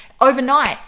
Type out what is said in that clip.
overnight